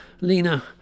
Lena